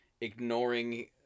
ignoring